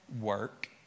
work